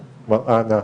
נורא תומכת, אנא,